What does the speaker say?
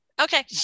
Okay